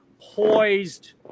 poised